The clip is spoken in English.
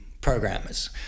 programmers